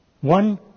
one